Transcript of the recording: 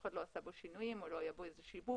אחד לא עשה בו שינויים או לא היה בו איזה שיבוש.